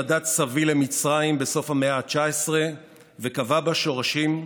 נדד סבי למצרים בסוף המאה ה-19 וקבע בה שורשים,